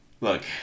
Look